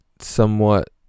somewhat